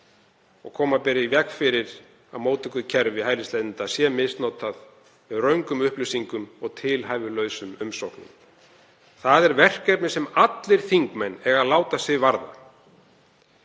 og koma ber í veg fyrir að móttökukerfi hælisleitenda sé misnotað með röngum upplýsingum og tilhæfulausum umsóknum. Það er verkefni sem allir þingmenn eiga að láta sig varða.